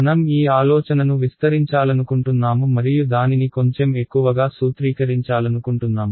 మనం ఈ ఆలోచనను విస్తరించాలనుకుంటున్నాము మరియు దానిని కొంచెం ఎక్కువగా సూత్రీకరించాలనుకుంటున్నాము